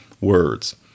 words